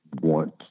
want